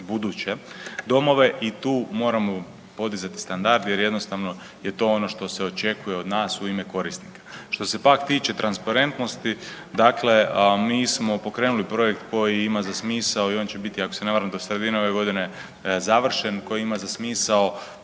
buduće domove i tu moramo podizati standard jer jednostavno je to ono što se očekuje od nas u ime korisnika. Što se pak tiče transparentnosti, dakle mi smo pokrenuli projekt koji ima za smisao i on će biti ako se ne varam do sredine ove godine završen, koji ima za smisao